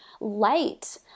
light